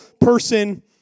person